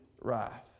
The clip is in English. wrath